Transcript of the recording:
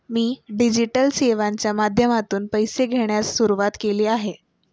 मी digital सेवांच्या माध्यमातून पैसे घेण्यास सुरुवात केली आहे